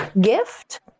gift